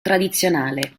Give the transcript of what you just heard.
tradizionale